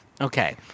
Okay